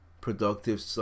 productive